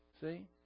see